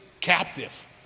captive